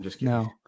No